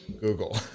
Google